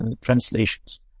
translations